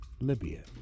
Libya